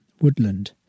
woodland